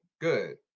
Good